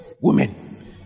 women